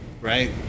Right